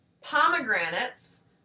pomegranates